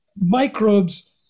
microbes